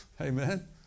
Amen